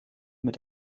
mit